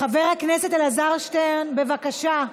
חבר הכנסת אלעזר שטרן, בבקשה.